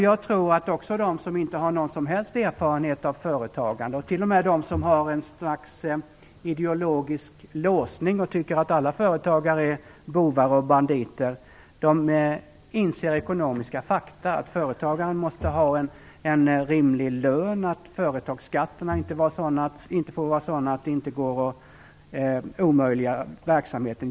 Jag tror att också de som inte har någon som helst erfarenhet av företagande och t.o.m. de som har ett slags ideologisk låsning och som tycker att alla företagare är bovar och banditer inser ekonomiska fakta: Företagaren måste ha en rimlig lön och företagsskatterna får inte vara sådana att de omöjliggör verksamhet.